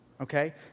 okay